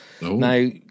Now